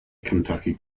kentucky